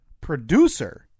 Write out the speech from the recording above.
producer